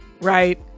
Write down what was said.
right